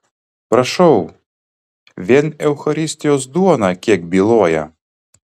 prašau vien eucharistijos duona kiek byloja